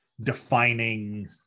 defining